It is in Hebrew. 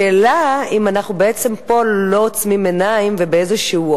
השאלה היא אם אנחנו בעצם פה לא עוצמים עיניים ובאיזשהו